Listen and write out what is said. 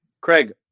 Craig